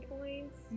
points